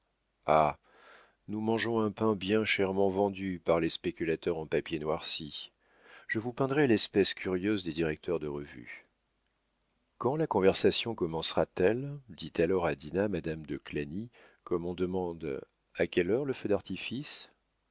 ah nous mangeons un pain bien chèrement vendu par les spéculateurs en papier noirci je vous peindrai l'espèce curieuse des directeurs de revue quand la conversation commencera t elle dit alors à dinah madame de clagny comme on demande a quelle heure le feu d'artifice